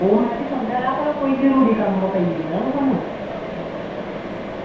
ओह् में बी समझा ना पर कोई जरूरी कम्म पेई गेदा ना स्हानू